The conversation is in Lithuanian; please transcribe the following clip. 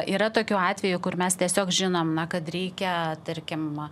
yra tokių atvejų kur mes tiesiog žinom na kad reikia tarkim